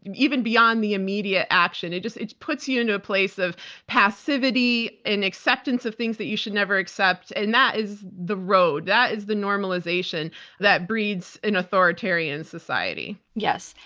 and even beyond the immediate action, it just puts you into a place of passivity and acceptance of things that you should never accept, and that is the road that is the normalization that breeds an authoritarian society. yes,